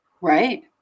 right